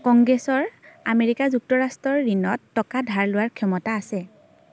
কংগ্ৰেছৰ আমেৰিকা যুক্তৰাষ্ট্ৰৰ ঋণত টকা ধাৰ লোৱাৰ ক্ষমতা আছে